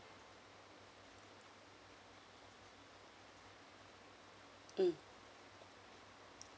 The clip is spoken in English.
mm